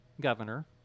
governor